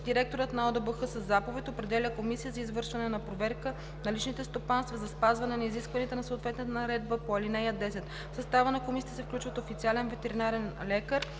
директорът на ОДБХ със заповед определя комисия за извършване на проверка на личните стопанства за спазване на изискванията на съответната наредба по ал. 10. В състава на комисията се включват официален ветеринарен лекар